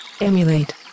Emulate